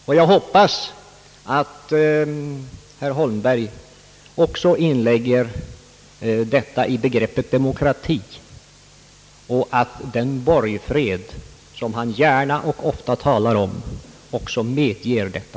Och jag hoppas att även herr Holmberg inlägger detta i begreppet demokrati och att den borgfred som han gärna och ofta talar om också medger detta.